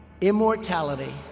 Immortality